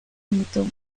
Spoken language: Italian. unito